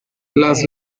las